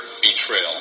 Betrayal